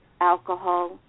alcohol